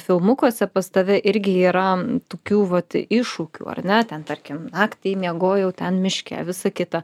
filmukuose pas tave irgi yra tokių vat iššūkių ar ne ten tarkim naktį miegojau ten miške visą kitą